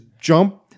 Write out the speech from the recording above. jump